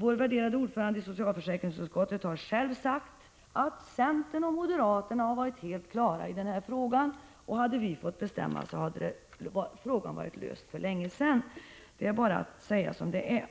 Vår värderade ordförande i socialförsäkringsutskottet har själv sagt att centerns och moderaternas uppfattning i denna fråga har varit helt klar. Hade vi fått bestämma, hade frågan varit löst för länge sedan. Det är bara att säga som det är!